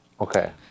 okay